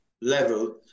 level